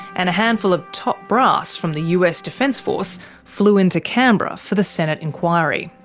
and a handful of top brass from the us defence force flew into canberra for the senate inquiry.